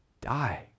die